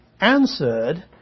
answered